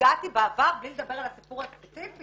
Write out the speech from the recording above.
נפגעתי בעבר בלי לדבר על הסיפור הספציפי.